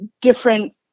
different